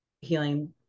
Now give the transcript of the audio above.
healing